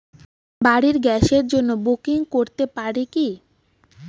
বাড়ির গ্যাসের জন্য বুকিং করতে পারি কি?